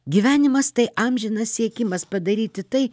gyvenimas tai amžinas siekimas padaryti tai